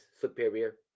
superior